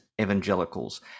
Evangelicals